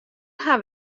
haw